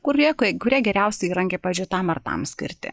kurie kai kurie geriausi įrankiai pavyzdžiui tam ar tam skirti